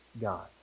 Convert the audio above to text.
God